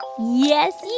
ah yes,